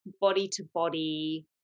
body-to-body